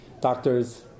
doctors